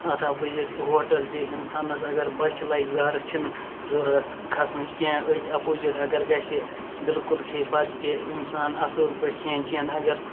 اَتھ opposite hotel تہِ اِنسانَس اَگَر بۄچھِ لَگہِ گَرٕ چھِ نہٕ ضورَتھ کھَسنٕچ کینٛہہ أتھۍ اَپوزِٹ اَگَر گَژھِ بِلکُل کھیٚیہِ بَتہٕ تہِ اِنسان اَصل پٲٹھۍ کھیٚن چیٚن اَگَر